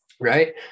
right